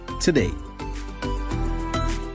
today